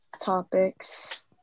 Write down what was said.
topics